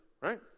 Right